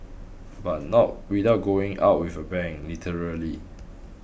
but not without going out with a bang literally